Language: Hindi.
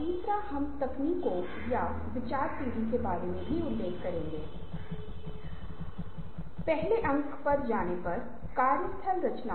इसलिए हम कुछ हमारी पिछले चर्चा की प्रमुख अंकों को देखकर शुरू करेंगे और कुछ अतिरिक्त अंकों से उभरते हैं